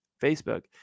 Facebook